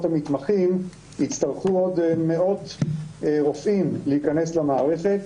המתמחים יצטרכו עוד מאות רופאים להיכנס למערכת,